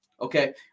Okay